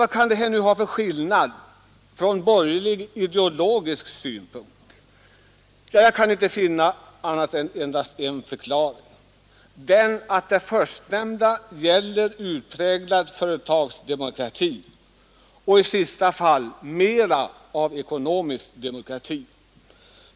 Vad kan det vara för skillnad från borgerligt ideologisk synpunkt. Jag kan endast finna en förklaring nämligen att i det första fallet gäller det utpräglad företagsdemokrati och i det andra fallet är det mer fråga om ekonomisk demokrati.